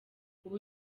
ubu